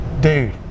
Dude